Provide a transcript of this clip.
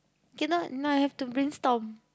cannot no I have to bring storm